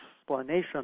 explanation